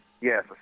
yes